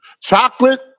Chocolate